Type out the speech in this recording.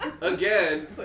again